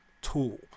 tool